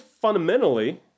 fundamentally